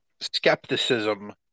skepticism